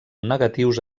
negatius